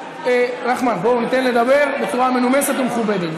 נחמן, בוא, ניתן לדבר בצורה מנומסת ומכובדת.